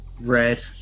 red